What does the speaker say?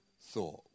thought